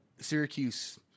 Syracuse